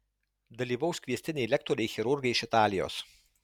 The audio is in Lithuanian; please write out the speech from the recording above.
dalyvaus kviestiniai lektoriai chirurgai iš italijos